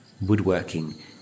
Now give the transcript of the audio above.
woodworking